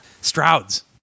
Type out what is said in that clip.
Stroud's